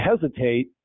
hesitate